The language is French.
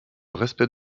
respect